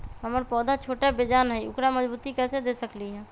हमर पौधा छोटा बेजान हई उकरा मजबूती कैसे दे सकली ह?